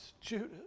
Judas